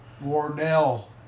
Wardell